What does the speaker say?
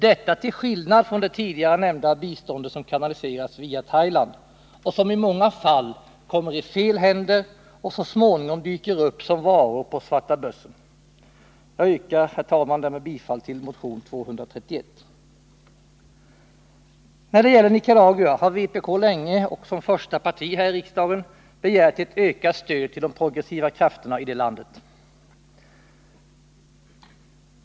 Detta till skillnad från det tidigare nämnda bistånd som kanaliserats via Thailand och som i många fall hamnar i fel händer och så småningom dyker upp som varor på svarta börsen. Jag yrkar, herr talman, därmed bifall till motionen 231. När det gäller Nicaragua har vpk länge — och som första parti här i riksdagen — begärt ett ökat stöd till de progressiva krafterna i landet.